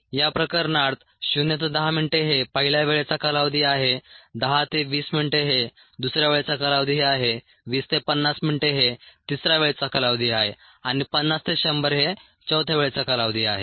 या प्रकरणात 0 ते 10 मिनिटे हे पहिल्या वेळेचा कालावधी आहे 10 ते 20 मिनिटे हे दुसऱ्या वेळेचा कालावधी आहे 20 ते 50 मिनिटे हे तिसऱ्या वेळेचा कालावधी आहे आणि 50 ते 100 हे चौथ्या वेळेचा कालावधी आहे